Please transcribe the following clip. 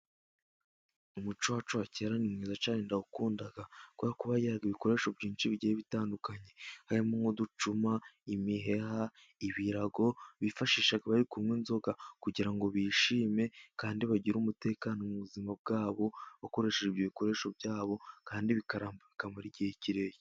Umuco wacu wa kera ni mwiza cyane ndawukunda, kuberako bagiraga ibikoresho byinshi bigiye bitandukanye harimo nk'uducuma, imiheha, ibirago, bifashishaga bari kunywa inzoga kugira ngo bishime, kandi bagire umutekano mu buzima bwabo bakoresheje ibyo bikoresho byabo, kandi bikaramba bikamara igihe kirekire.